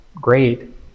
Great